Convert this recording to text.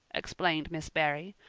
explained miss barry.